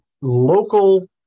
local